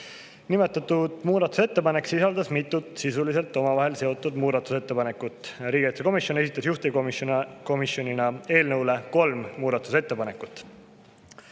Nimetatud muudatusettepanek sisaldab mitut sisuliselt omavahel seotud muudatusettepanekut. Riigikaitsekomisjon esitas juhtivkomisjonina eelnõu kohta kolm muudatusettepanekut.